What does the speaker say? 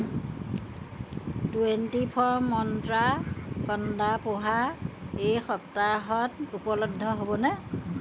twenty four মন্ত্ৰা কণ্ডা পোহা এই সপ্তাহত উপলব্ধ হ'বনে